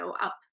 up